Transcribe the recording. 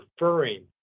referring